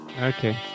Okay